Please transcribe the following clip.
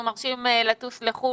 אנחנו מרשים לטוס לחוץ לארץ,